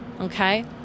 okay